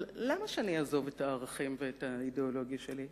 אבל למה שאני אעזוב את הערכים ואת האידיאולוגיה שלי?